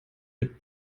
mit